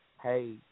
Hey